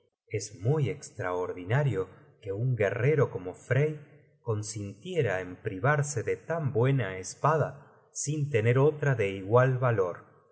es muy estraordinario que un guerrero como frey consintiera en privarse de tan buena espada sin tener otra de igual valor